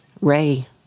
Ray